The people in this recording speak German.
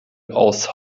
aus